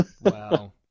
Wow